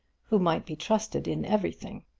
who might be trusted in everything.